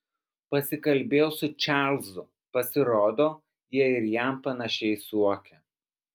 pasikalbėjau su čarlzu pasirodo jie ir jam panašiai suokia